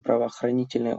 правоохранительные